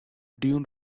dune